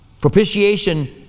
Propitiation